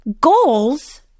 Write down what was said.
goals